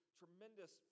tremendous